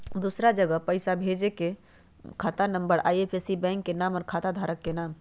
दूसरा जगह पईसा भेजे में खाता नं, आई.एफ.एस.सी, बैंक के नाम, और खाता धारक के नाम?